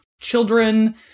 Children